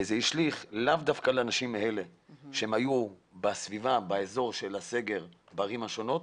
זה השליך לאו דווקא על אנשים שהיו באזורי הסגר בערים השונות,